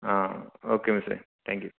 ആ ഓക്കെ മിസ്സേ thank you